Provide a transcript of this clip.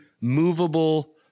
movable